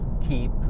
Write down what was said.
keep